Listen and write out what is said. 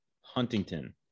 Huntington